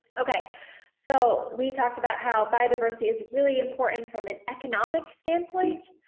okay so we talked about how biodiversity is really important from an economic standpoint.